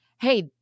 Hey